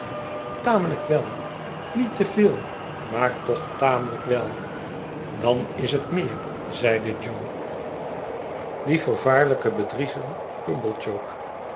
tamelijk wel niet te veel maar toch tamelijk wel dan is het meer zeide jo die vervaarlijke bedrieger